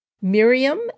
miriam